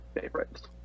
favorites